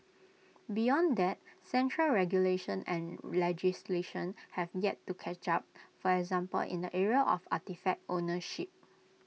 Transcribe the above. beyond that central regulation and legislation have yet to catch up for example in the area of artefact ownership